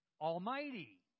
almighty